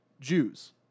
Jews